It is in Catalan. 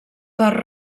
per